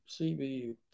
CBU